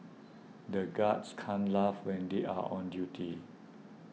the guards can't laugh when they are on duty